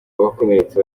abakomeretse